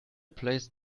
placed